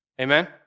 Amen